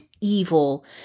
evil